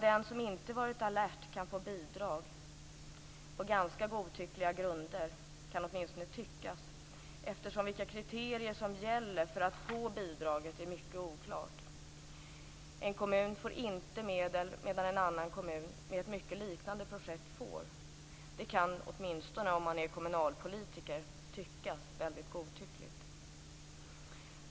Den som inte varit alert kan däremot få bidrag - på ganska godtyckliga grunder kan åtminstone tyckas. Vilka kriterier som gäller för att få bidraget är ju mycket oklart. En kommun får inte medel medan en annan kommun med ett mycket liknande projekt får. Det kan, åtminstone om man är kommunalpolitiker, synas väldigt godtyckligt.